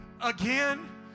again